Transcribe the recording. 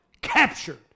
captured